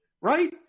right